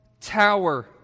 tower